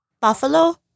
Buffalo